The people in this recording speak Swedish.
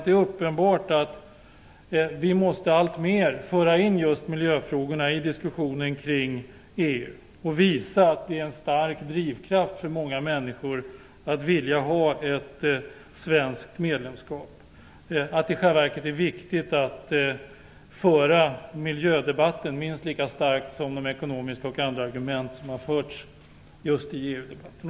Det är uppenbart att vi alltmer måste föra in just miljöfrågorna i diskussionen kring EU och visa att de är en stark drivkraft för många människor att vilja ha ett svenskt medlemskap. Det är i själva verket viktigt att föra fram miljöargumenten minst lika starkt som de ekonomiska och andra argument som framförts just i EU-debatten.